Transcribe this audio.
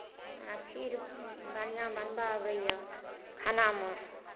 हमरा खीर बढ़िआँ बनबय अबैए खानामे